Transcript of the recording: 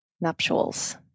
nuptials